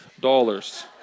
dollars